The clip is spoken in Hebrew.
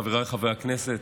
חבריי חברי הכנסת,